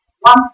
one